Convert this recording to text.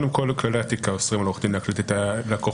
כללי האתיקה אוסרים על עורך דין להקליט את הלקוחות.